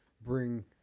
bring